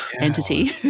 entity